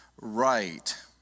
right